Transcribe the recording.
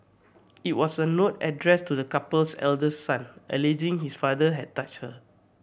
it was a note addressed to the couple's eldest son alleging his father had touched her